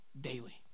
daily